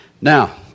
Now